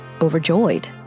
overjoyed